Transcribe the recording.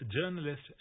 journalist